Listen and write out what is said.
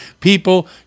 people